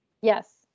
Yes